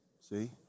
See